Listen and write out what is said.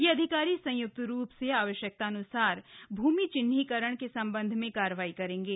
ये अधिकारी संय्क्त रू से आवश्यकतानुसार भूमि चिन्हीकरण के संबंध में कार्रवाई करेंगे